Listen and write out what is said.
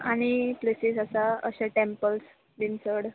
आनी प्लेसीस आसा अशें टँपल्स बी चड